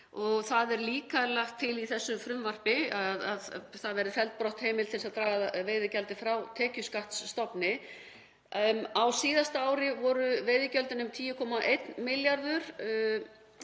Það er líka lagt til í þessu frumvarpi að felld verði brott heimild til að draga veiðigjaldið frá tekjuskattsstofni. Á síðasta ári voru veiðigjöldin um 10,1 milljarður